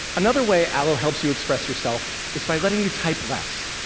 another way allo helps you express yourself is by letting you type less,